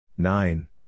Nine